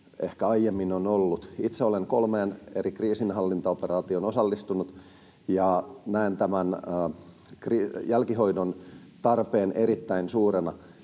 ehkä aiemmin ovat olleet. Itse olen kolmeen eri kriisinhallintaoperaatioon osallistunut, ja näen tämän jälkihoidon tarpeen erittäin suurena.